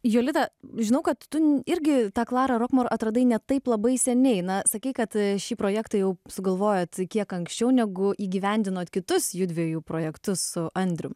jolita žinau kad tu irgi tą klarą rokmor atradai ne taip labai seniai na sakei kad šį projektą jau sugalvojot kiek anksčiau negu įgyvendinot kitus jųdviejų projektus su andrium